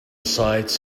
sites